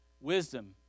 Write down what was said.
Wisdom